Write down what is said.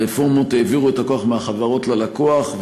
הרפורמות העבירו את הכוח מהחברות ללקוח,